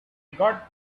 got